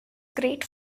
great